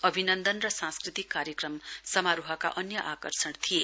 अभिनन्दन र सांस्कृतिक कार्यक्रम समारोहका अन्य आकर्षण थिए